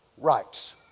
rights